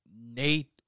Nate